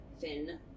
Finn